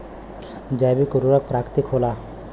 जैविक उर्वरक प्राकृतिक होला